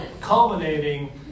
culminating